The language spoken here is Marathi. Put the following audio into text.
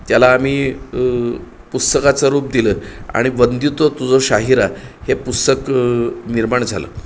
त्याला आम्ही पुस्तकाचं रूप दिलं आणि वंदितो तुज शाहिरा हे पुस्तक निर्माण झालं